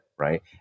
right